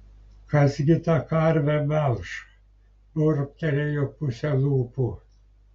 kas gi tą karvę melš burbtelėjo puse lūpų